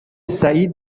سعید